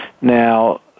Now